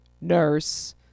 nurse